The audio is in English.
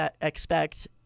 expect